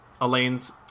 Elaine's